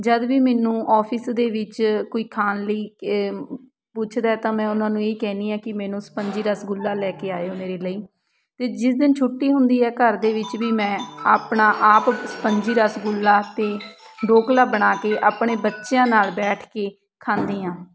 ਜਦ ਵੀ ਮੈਨੂੰ ਔਫਿਸ ਦੇ ਵਿੱਚ ਕੋਈ ਖਾਣ ਲਈ ਪੁੱਛਦਾ ਹੈ ਤਾਂ ਮੈਂ ਉਹਨਾਂ ਨੂੰ ਇਹੀ ਕਹਿੰਦੀ ਹਾਂ ਕਿ ਮੈਨੂੰ ਸਪੰਜੀ ਰਸਗੁੱਲਾ ਲੈ ਕੇ ਆਇਓ ਮੇਰੇ ਲਈ ਅਤੇ ਜਿਸ ਦਿਨ ਛੁੱਟੀ ਹੁੰਦੀ ਹੈ ਘਰ ਦੇ ਵਿੱਚ ਵੀ ਮੈਂ ਆਪਣਾ ਆਪ ਸਪੰਜੀ ਰਸਗੁੱਲਾ ਅਤੇ ਡੋਕਲਾ ਬਣਾ ਕੇ ਆਪਣੇ ਬੱਚਿਆਂ ਨਾਲ ਬੈਠ ਕੇ ਖਾਂਦੀ ਹਾਂ